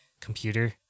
computer